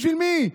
בשביל מי?